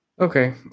Okay